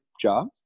job